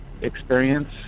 experience